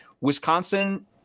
Wisconsin